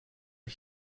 are